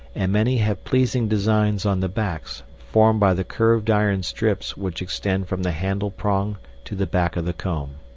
and many have pleasing designs on the backs, formed by the curved iron strips which extend from the handle prong to the back of the comb.